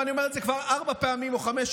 ואני אומר את זה כבר ארבע פעמים או חמש,